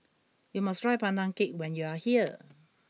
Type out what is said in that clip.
you must try pandan cake when you are here